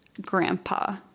grandpa